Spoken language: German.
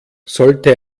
sollte